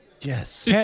Yes